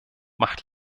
macht